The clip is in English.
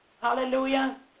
Hallelujah